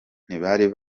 ntibari